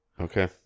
Okay